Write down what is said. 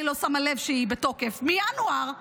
היא לא שמה לב שהיא בתוקף מינואר 2002,